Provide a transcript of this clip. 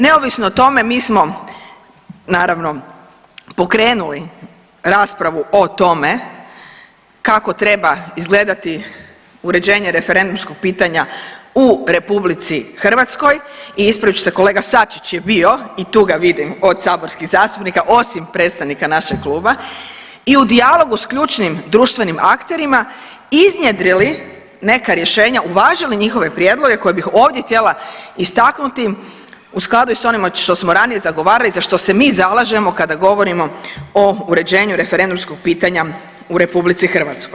Neovisno o tome mi smo naravno pokrenuli raspravu o tome kako treba izgledati uređenje referendumskog pitanja u RH i ispravit ću se kolega Sačić je bio i tu ga vidim od saborskih zastupnika osim predstavnika našeg kluba i u dijalogu s ključnim društvenim akterima iznjedrili neka rješenja, uvažili njihove prijedloge koje bih ovdje htjela istaknuti u skladu i s onim što smo ranije zagovarali za što se mi zalažemo kada govorimo o uređenju referendumskog pitanja u RH.